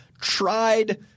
tried –